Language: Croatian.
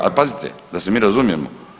Ali pazite da se mi razumijemo.